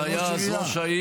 שהיה אז ראש העיר,